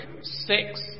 six